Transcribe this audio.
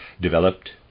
developed